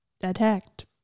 attacked